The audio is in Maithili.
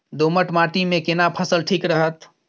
दोमट माटी मे केना फसल ठीक रहत?